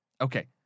Okay